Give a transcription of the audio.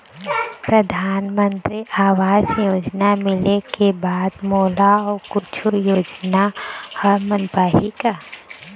परधानमंतरी आवास योजना मिले के बाद मोला अऊ कुछू योजना हर मिल पाही का?